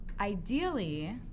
ideally